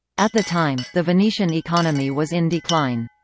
at the time, the venician economy was in decline.